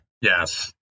Yes